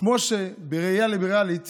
כמו שבראייה ליברלית